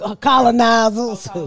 Colonizers